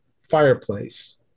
fireplace